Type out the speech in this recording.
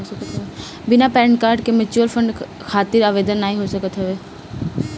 बिना PAN card के mutual fund खातिर आवेदन नाइ हो सकत हवे